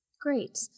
Great